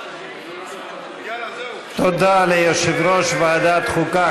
תודה ליושב-ראש ועדת חוקה,